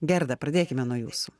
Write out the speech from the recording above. gerda pradėkime nuo jūsų